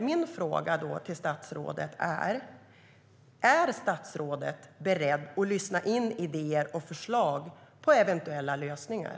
Min fråga är därför: Är statsrådet beredd att lyssna in idéer och förslag på eventuella lösningar?